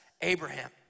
Abraham